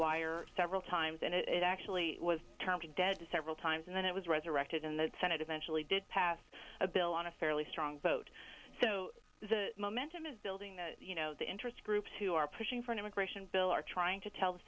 wire several times and it actually was dead several times and then it was resurrected in the senate eventually did pass a bill on a fairly strong vote so the momentum is building the you know the interest groups who are pushing for an immigration bill are trying to tell the